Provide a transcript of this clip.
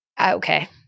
okay